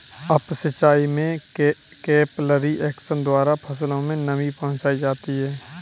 up सिचाई में capillary action द्वारा फसलों में नमी पहुंचाई जाती है